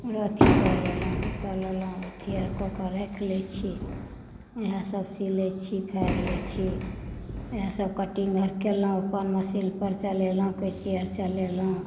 अथी कऽ लेलहुँ अथी आओर कऽ कऽ राखि लैत छी उएहसभ सीवि लैत छी फाड़ि लैत छी उएहसभ कटिंग आओर केलहुँ अपन मशीनपर चलेलहुँ कैँची आओर चलेलहुँ